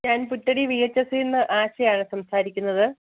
ഞാൻ Puthari V H S എസിന്ന് ആശയാണ് സംസാരിക്കുന്നത്